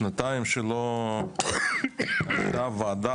שנתיים שלא הייתה ועדה,